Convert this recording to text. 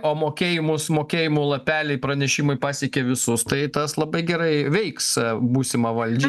o mokėjimus mokėjimų lapeliai pranešimai pasiekė visus tai tas labai gerai veiks būsimą valdžią